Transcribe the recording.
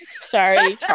sorry